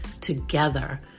together